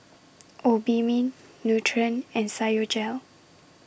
Obimin Nutren and Physiogel